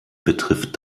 betrifft